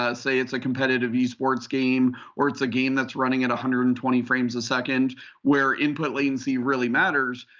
ah say it's a competitive esports game or it's a game that's running at one hundred and twenty frames a second where input latency really matters,